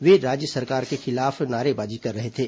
वे राज्य सरकार के खिलाफ नारेबाजी कर रहे थे